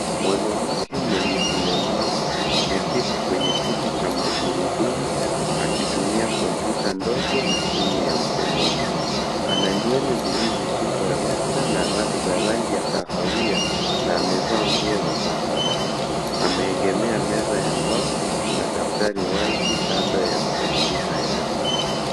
Mwanamke mwenye ulemavu ameketi kwenye kiti cha magurudumu akitumia kompyuta ndogo na simu ya mkononi. Ana nywele zilizosukwa rasta za rangi ya kahawia na amevaa nguo za zambarau. Ameegemea meza ya mbao na kuna daftari wazi kando ya kompyuta yake.